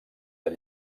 del